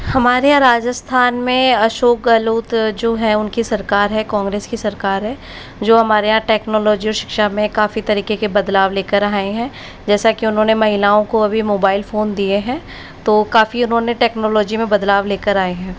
हमारे यहाँ राजस्थान में अशोक गहलोत जो है उनकी सरकार है काँग्रेस की सरकार है जो हमारे यँहा टेक्नोलॉजी शिक्षा में काफी तरीके के बदलाव लेकर आऐ हैं जैसा की उन्होने महिलाओं को अभी मोबाइल फोन दिए हैं तो काफी उन्होने टेक्नोलॉजी में बदलाव लेकर आये हैं